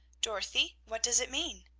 dorothy, what does it mean?